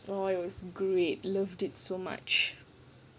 orh it was great loved it so much